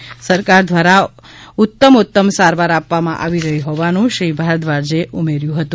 રાજ્ય સરકારદ્વારા ઉત્તમોત્તમ સારવાર આપવામાં આવી રહી હોવાનું શ્રી ભારદ્વાજે ઉમેર્યું હતું